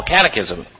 Catechism